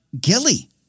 Gilly